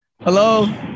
Hello